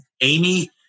Amy